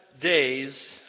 days